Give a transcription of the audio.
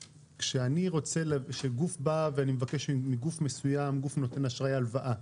כשאני בא ואני מבקש מגוף מסויים והוא נותן לי אשראי הלוואה,